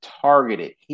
targeted